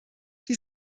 die